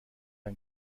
ein